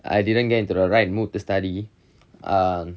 I didn't get into the right mood to study ah